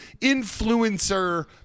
influencer